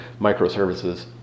microservices